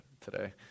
today